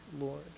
Lord